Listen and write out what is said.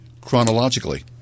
chronologically